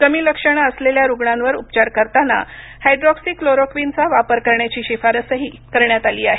कमी लक्षणे असलेल्या रुग्णांवर उपचार करताना हायड्रोकसीक्लोरोक्वीनचा वापर करण्याची शिफारसही करण्यात आली आहे